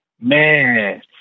Man